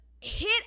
hit